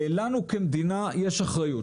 לנו כמדינה יש אחריות,